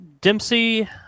Dempsey